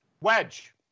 Wedge